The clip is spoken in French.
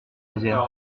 désert